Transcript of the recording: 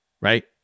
Right